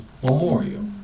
Memorial